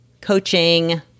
coaching